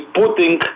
putting